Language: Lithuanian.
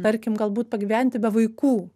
tarkim galbūt pagyventi be vaikų